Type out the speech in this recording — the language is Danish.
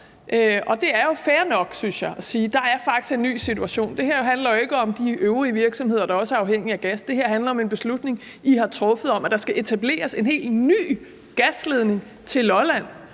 Og det er fair nok, synes jeg, at sige, at der er en ny situation. Det her handler jo ikke om de øvrige virksomheder, der også er afhængige af gas – det her handler om en beslutning, I har truffet om, at der skal etableres en helt ny gasledning til Lolland